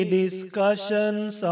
discussions